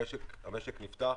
המשק נפתח,